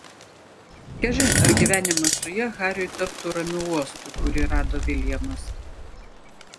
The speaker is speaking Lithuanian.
kažin ar gyvenimas su ja hariui taptų ramiu uostu kurį rado viljamas